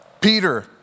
Peter